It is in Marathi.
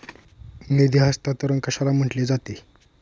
निधी हस्तांतरण कशाला म्हटले जाते?